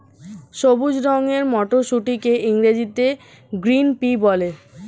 সবুজ রঙের মটরশুঁটিকে ইংরেজিতে গ্রিন পি বলে